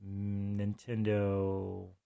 Nintendo